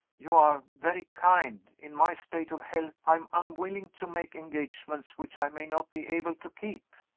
you are very kind. in my state of health, i am unwilling to make engagements which i may not be able to keep.